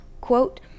quote